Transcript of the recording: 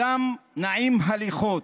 אדם נעים הליכות,